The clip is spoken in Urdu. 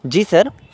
جی سر